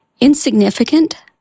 Insignificant